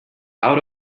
out